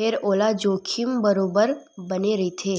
फेर ओला जोखिम बरोबर बने रहिथे